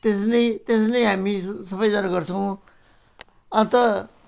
त्यसरी नै त्यसरी नै हामी सबैजना गर्छौँ अन्त